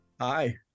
Hi